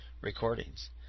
recordings